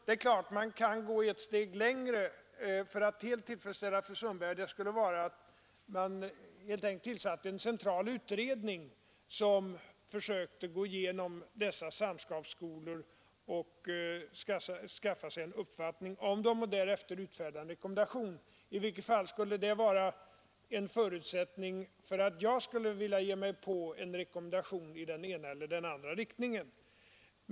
För att helt tillfredsställa fru Sundbergs önskemål kunde man naturligtvis gå ett steg längre och helt enkelt tillsätta en central utredning, som skulle granska verksamheten vid samskapsskolorna, skaffa sig en uppfattning om dem och därefter utfärda en rekommendation; i varje fall skulle det vara en förutsättning för att jag skulle vilja utfärda en rekommendation i den ena eller den andra riktningen.